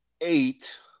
eight